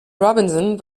robinson